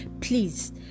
please